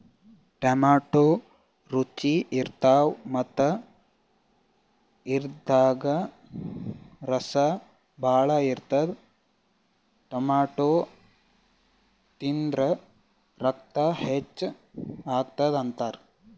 tomato ರುಚಿ ಇರ್ತವ್ ಮತ್ತ್ ಇದ್ರಾಗ್ ರಸ ಭಾಳ್ ಇರ್ತದ್ ಟೊಮ್ಯಾಟೋ ತಿಂದ್ರ್ ರಕ್ತ ಹೆಚ್ಚ್ ಆತದ್ ಅಂತಾರ್